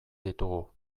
ditugu